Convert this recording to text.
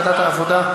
לוועדת העבודה,